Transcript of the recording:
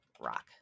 Rock